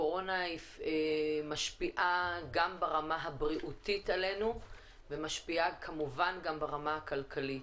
הקורונה משפיעה גם ברמה הבריאותית עלינו ומשפיעה כמובן גם ברמה הכלכלית.